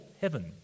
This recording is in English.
heaven